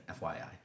FYI